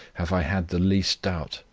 have i had the least doubt,